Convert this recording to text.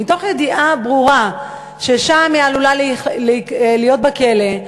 מתוך ידיעה ברורה ששם היא עלולה להיות בכלא,